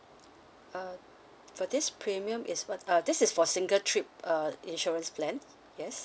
uh for this premium is what uh this is for single trip uh insurance plan yes